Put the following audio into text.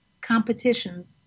competition